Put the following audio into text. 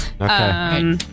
Okay